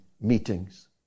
meetings